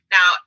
Now